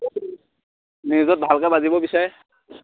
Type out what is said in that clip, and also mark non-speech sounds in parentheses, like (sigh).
(unintelligible) নিউজত ভালকৈ বাজিব বিচাৰে